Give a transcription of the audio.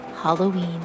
Halloween